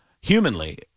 humanly